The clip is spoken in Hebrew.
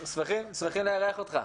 אנחנו שמחים לארח אותך.